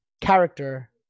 character